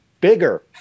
bigger